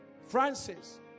Francis